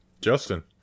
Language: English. Justin